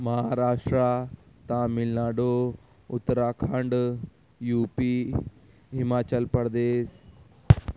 Maharashtra Tamil Nadu Uttarakhand U P Himachal Pradesh